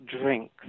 drinks